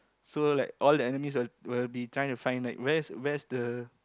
so like all the enemies will will be trying to find like where's where's the